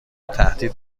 تهدید